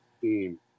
team